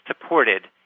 supported